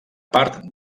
part